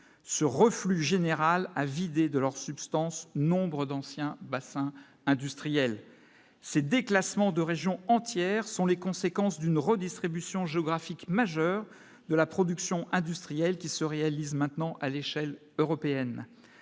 ce reflux général à vider de leur substance, nombre d'anciens bassins industriels ces déclassements de régions entières sont les conséquences d'une redistribution géographique majeur de la production industrielle qui se réalise maintenant à l'échelle européenne